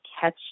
catch